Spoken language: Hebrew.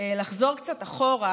לחזור קצת אחורה,